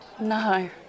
No